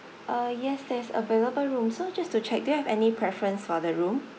uh yes there's available room so just to check do you have any preference for the room